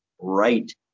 right